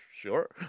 sure